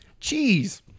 Jeez